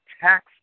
tax